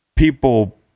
People